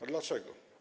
A dlaczego?